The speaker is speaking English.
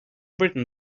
written